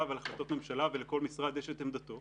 ועל החלטות ממשלה ולכל משרד יש את עמדתו,